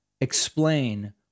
explain